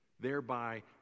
thereby